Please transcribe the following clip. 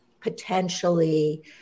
potentially